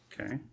Okay